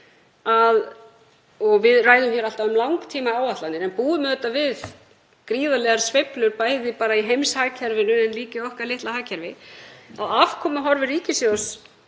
og við ræðum hér alltaf um langtímaáætlanir en búum auðvitað við gríðarlegar sveiflur, bæði í heimshagkerfinu en líka í okkar litla hagkerfi — að afkomuhorfur ríkissjóðs